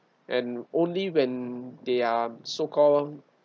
and only when they are so called